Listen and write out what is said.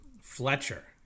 Fletcher